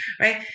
right